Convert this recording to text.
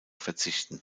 verzichten